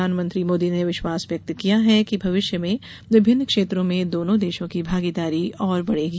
प्रधानमंत्री मोदी ने विश्वास व्यक्त किया कि भविष्य में विभिन्न क्षेत्रों में दोनों देशों की भागीदारी और बढ़ेगी